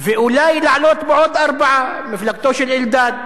ואולי לעלות בעוד ארבעה, מפלגתו של אלדד.